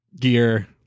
gear